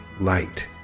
light